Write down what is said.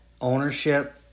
ownership